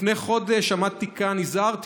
לפני חודש עמדתי כאן והזהרתי